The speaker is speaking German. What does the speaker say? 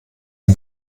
ein